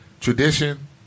Tradition